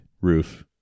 roof